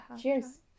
Cheers